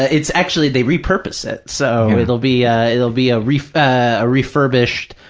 ah it's actually they repurpose it, so it'll be ah it'll be a refurbished refurbished